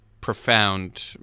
profound